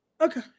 Okay